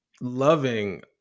loving